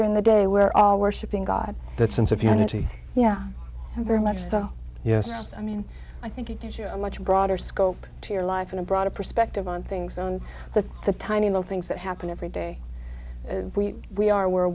during the day we're all worshipping god that sense of unity yeah very much so yes i mean i think it gives you a much broader scope to your life and a broader perspective on things and the the tiny little things that happen every day we are we're a